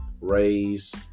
raise